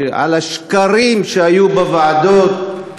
ממש לא.